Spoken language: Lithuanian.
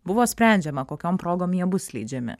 buvo sprendžiama kokiom progom jie bus leidžiami